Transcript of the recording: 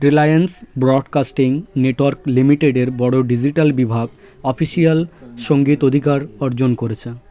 Reliance broadcasting network লিমিটেডের বড়ো digital বিভাগ অফিসিয়াল সংগীত অধিকার অর্জন করেছে